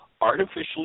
artificially